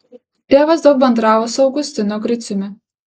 tėvas daug bendravo su augustinu griciumi